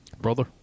Brother